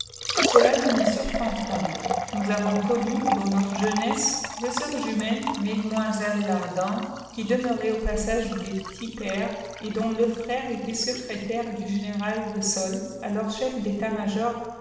cela ne nous surprend point nous avons connu dans notre jeunesse deux sœurs jumelles mesdemoiselles lardan qui demeuraient au passage des petits pères et dont le frère était secrétaire du général desselles alors chef d'état-major